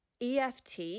EFT